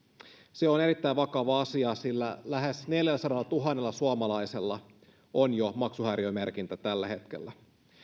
se on erittäin vakava asia sillä lähes neljälläsadallatuhannella suomalaisella on jo maksuhäiriömerkintä tällä hetkellä